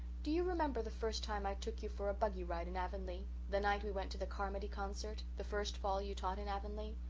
do you remember the first time i took you for a buggy ride in avonlea that night we went to the carmody concert, the first fall you taught in avonlea?